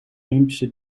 olympische